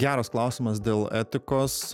geras klausimas dėl etikos